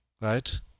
right